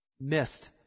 Missed